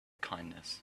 kindness